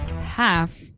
half